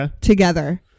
together